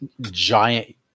giant